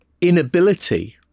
inability